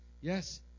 Yes